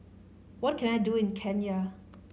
what can I do in Kenya